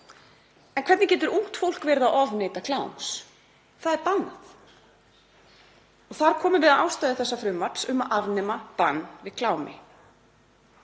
En hvernig getur ungt fólk verið að ofneyta kláms? Það er bannað. Og þar komum við að ástæðu þessa frumvarps um að afnema bann við klámi.